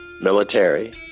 military